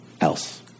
else